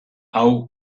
hau